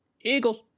Eagles